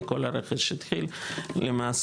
כי כל הרכש התחיל למעשה,